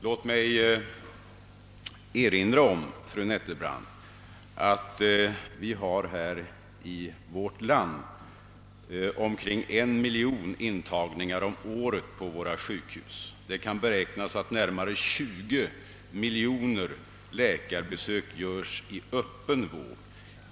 Låt mig erinra om, fru Nettelbrandt, att vi i vårt land har omkring 1 miljon intagningar om året på våra sjukhus. Det kan beräknas att närmare 20 miljoner läkarbesök göres i öppen vård.